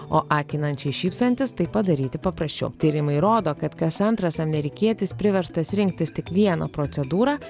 o akinančiai šypsantis tai padaryti paprasčiau tyrimai rodo kad kas antras amerikietis priverstas rinktis tik vieną procedūrą